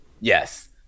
Yes